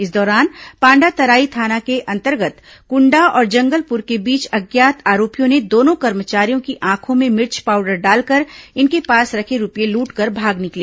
इस दौरान पांडातराई थाना के अंतर्गत कुंडा और जंगलपुर के बीच अज्ञात आरोपियों ने दोनों कर्मचारियों की आंखों में मिर्च पावडर डालकर इनके पास रखे रूपये लूटकर भाग निकले